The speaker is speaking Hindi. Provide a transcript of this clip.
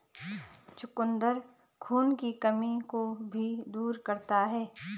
चुकंदर खून की कमी को भी दूर करता है